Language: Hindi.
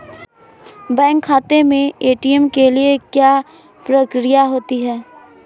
बैंक खाते में ए.टी.एम के लिए क्या प्रक्रिया होती है?